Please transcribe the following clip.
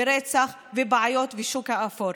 לרצח ולבעיות בשוק האפור.